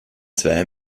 zwei